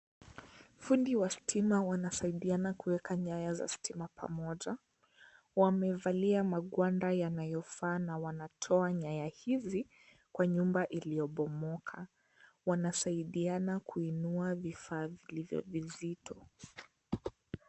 Fundi wa stima wanasaidiana kuweka nyaya ya stima pamoja. wamevalia magwanda yanayofanana na wanatia nyaya hizi Kwa nyumba iliyonomoka. Wanasaidiana kuinua kifaa hivyo nzito.